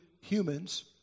humans